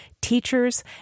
teachers